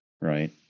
right